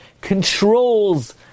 controls